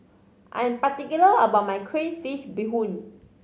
I'm particular about my crayfish beehoon